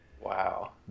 Wow